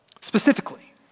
specifically